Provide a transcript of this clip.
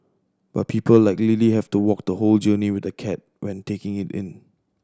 but people like Lily have to walk the whole journey with the cat when taking it in